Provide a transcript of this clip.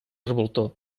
revoltó